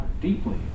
deeply